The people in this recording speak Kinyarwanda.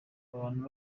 abantu